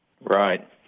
right